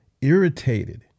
irritated